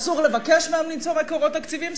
אסור לבקש מהם למצוא מקורות תקציביים,